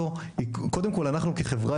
והחבורה הזו היא קודם כל אנחנו כחברה,